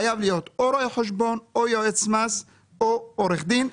חייב להיות או רואה חשבון או יועץ מס או עורך דין.